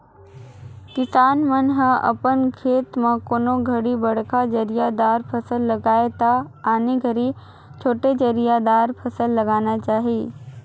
किसान मन ह अपन खेत म कोनों घरी बड़खा जरिया दार फसल लगाये त आने घरी छोटे जरिया दार फसल लगाना चाही